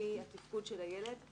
ולפי התפקוד של הילד.